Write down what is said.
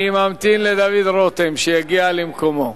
אני ממתין לדוד רותם, שיגיע למקומו.